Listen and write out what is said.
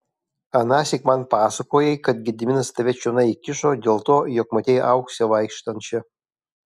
anąsyk man pasakojai kad gediminas tave čionai įkišo dėl to jog matei auksę vaikštančią